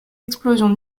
explosions